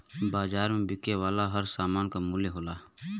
बाज़ार में बिके वाला हर सामान क मूल्य होला